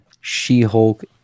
She-Hulk